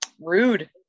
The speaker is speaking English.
Rude